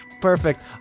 Perfect